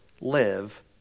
live